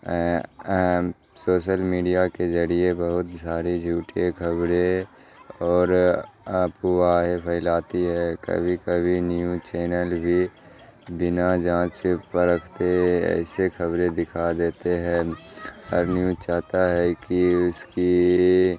social media کے ذریعے بہت ساری جھوٹے خبریں اور افواہیں پھیلاتی ہے کبھی کبھی نیوج چینل بھی بنا جانچ پرکھتے ایسے خبریں دکھا دیتے ہیں اور نیوج چاہتا ہے کہ اس کی